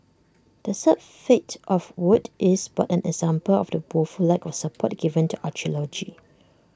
the sad fate of WoT is but an example of the woeful lack of support given to archaeology